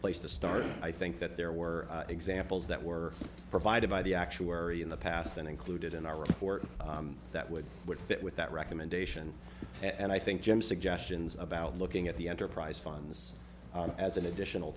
place to start i think that there were examples that were provided by the actuary in the past and included in our report that would fit with that recommendation and i think jim suggestions about looking at the enterprise fines as an additional